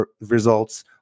results